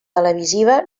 televisiva